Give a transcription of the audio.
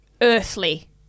earthly